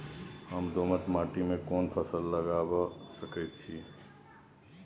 हम दोमट माटी में कोन फसल लगाबै सकेत छी?